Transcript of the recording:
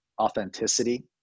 authenticity